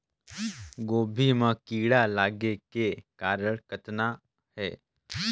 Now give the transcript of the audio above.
गोभी म कीड़ा लगे के कारण कतना हे?